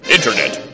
Internet